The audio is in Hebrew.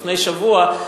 לפני שבוע,